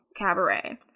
Cabaret